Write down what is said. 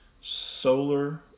solar